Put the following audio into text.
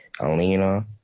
Alina